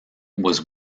was